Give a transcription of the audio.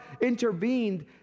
intervened